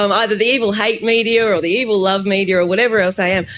um either the evil hate media or the evil love media or whatever else i am,